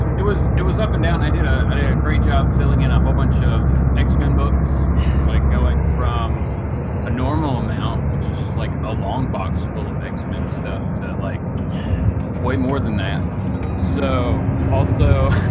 it was it was up and down i did i did a a great job filling in a whole bunch of x-men books like going from a normal amount which is just like a long box full of x-men stuff to like way more than that so also